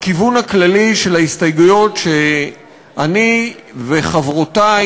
הכיוון הכללי של ההסתייגויות שאני וחברותי